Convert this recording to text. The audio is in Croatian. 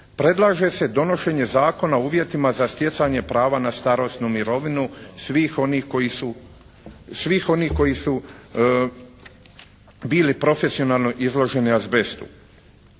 predlaže se donošenje zakona o uvjetima za stjecanje prava na starosnu mirovinu svih onih koji su bili profesionalno izloženi azbestu.